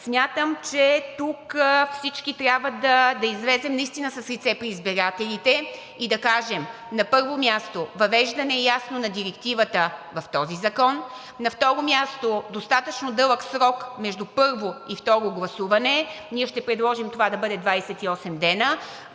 Смятам, че тук всички трябва да излезем наистина с лице при избирателите и да кажем: на първо място, въвеждане ясно на Директивата в този закон, на второ място, достатъчно дълъг срок между първо и второ гласуване. Ние ще предложим това да бъдат 28 дни,